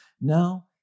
Now